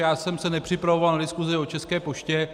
Já jsem se nepřipravoval na diskusi o České poště.